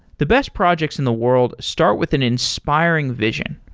the best projects in the world start with an inspiring vision,